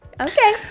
Okay